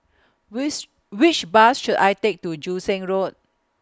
wish Which Bus should I Take to Joo Seng Road